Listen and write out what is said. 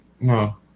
No